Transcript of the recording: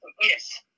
Yes